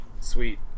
Sweet